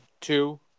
two